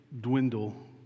dwindle